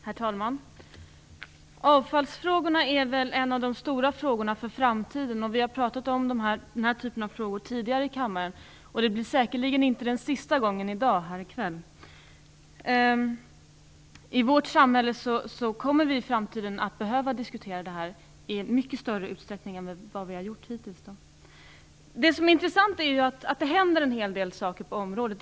Herr talman! Avfallsfrågan är väl en av de stora frågorna för framtiden. Vi har diskuterat den här typen av frågor tidigare i kammaren. I kväll blir säkert inte den sista gången som vi gör det. I vårt samhälle kommer vi i framtiden att behöva diskutera detta i mycket större utsträckning än vad vi har gjort hittills. Det intressanta är att det händer en hel del saker på området.